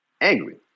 angry